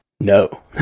No